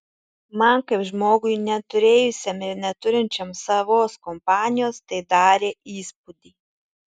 man kaip žmogui neturėjusiam ir neturinčiam savos kompanijos tai darė įspūdį